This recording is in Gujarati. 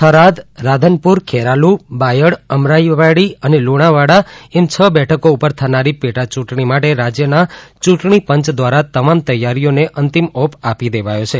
થરાદ રાધનપુર ખેરાલુ બાયડ અમરાઈવાડી અને લુણાવાડા એમ છ બેઠકો ઉપર થનારી પેટા ચૂંટણી માટે રાજ્યના ચૂંટણી પંચ દ્વારા તમામ તૈયારીઓને અંતિમ ઓપ આપી દેવાયો છે